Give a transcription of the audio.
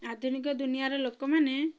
ଆଧୁନିକ ଦୁନିଆର ଲୋକମାନେ